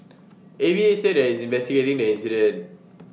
A V A said IT is investigating the incident